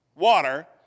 water